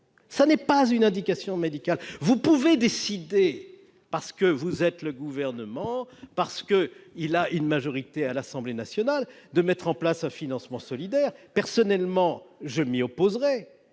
en aucun cas d'une indication médicale. Vous pouvez décider, parce que vous êtes le Gouvernement, parce que vous avez une majorité à l'Assemblée nationale, de mettre en place un financement solidaire ; personnellement, je m'y opposerai,